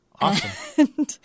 Awesome